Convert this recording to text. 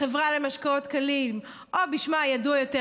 החברה למשקאות קלים או בשמה הידוע יותר,